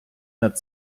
над